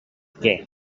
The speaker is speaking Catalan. què